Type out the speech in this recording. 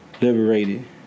liberated